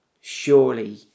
Surely